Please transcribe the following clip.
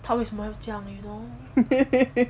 他为什么要这样 you know